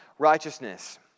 righteousness